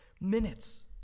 minutes